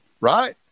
right